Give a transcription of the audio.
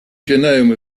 genome